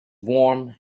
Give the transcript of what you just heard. warm